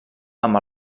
amb